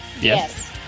Yes